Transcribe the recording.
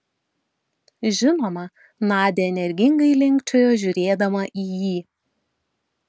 žinoma nadia energingai linkčiojo žiūrėdama į jį